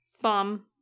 bomb